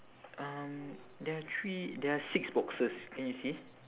um there are three there are six boxes can you see